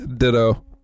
Ditto